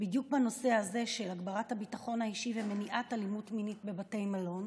בדיוק בנושא הזה של הגברת הביטחון האישי ומניעת אלימות מינית בבתי מלון.